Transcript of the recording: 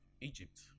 Egypt